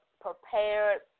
prepared